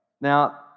Now